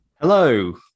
hello